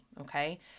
Okay